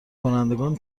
کنندگان